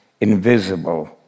invisible